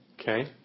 Okay